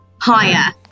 higher